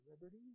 liberty